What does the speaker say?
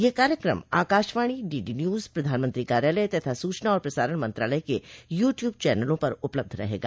यह कार्यक्रम Akashvani DD News प्रधानमंत्री कार्यालय तथा सूचना और प्रसारण मंत्रालय के यू ट्यूब चैनलों पर उपलब्ध रहेगा